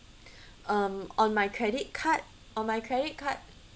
um on my credit card on my credit card